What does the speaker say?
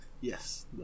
Yes